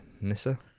nissa